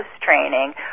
training